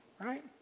Right